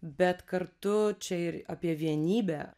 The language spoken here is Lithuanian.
bet kartu čia ir apie vienybę